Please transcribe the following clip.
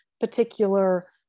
particular